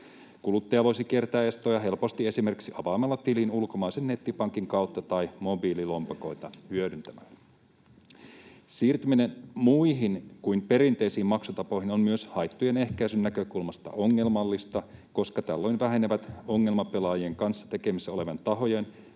Kuluttaja voisi kiertää estoja helposti esimerkiksi avaamalla tilin ulkomaisen nettipankin kautta tai mobiililompakoita hyödyntämällä. Siirtyminen muihin kuin perinteisiin maksutapoihin on myös haittojen ehkäisyn näkökulmasta ongelmallista, koska tällöin vähenevät ongelmapelaajien kanssa tekemisissä olevien tahojen,